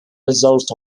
result